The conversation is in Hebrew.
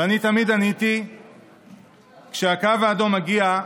ואני תמיד עניתי שכשהקו האדום מגיע,